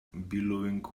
billowing